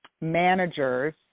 managers